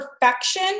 perfection